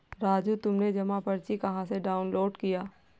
राजू तुमने जमा पर्ची कहां से डाउनलोड किया?